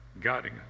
guiding